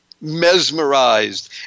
mesmerized